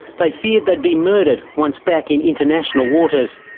they feared they'd be murdered once back in international waters.